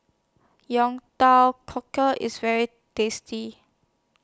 Teow Cockles IS very tasty